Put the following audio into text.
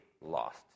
lost